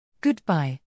Goodbye